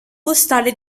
postale